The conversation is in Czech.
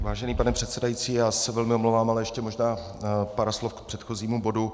Vážený pane předsedající, já se velmi omlouvám, ale ještě možná pár slov k předchozímu bodu.